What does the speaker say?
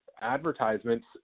advertisements